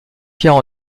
pierre